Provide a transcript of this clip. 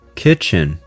kitchen，